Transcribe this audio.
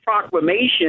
proclamation